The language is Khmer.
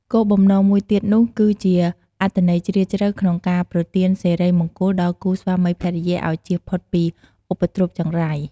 គោលបំណងមួយទៀតនោះគឺជាអត្ថន័យជ្រាលជ្រៅក្នុងការប្រទានសិរីមង្គលដល់គូស្វាមីភរិយាឲ្យចៀសផុតពីឧបទ្រពចង្រៃ។